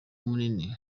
munini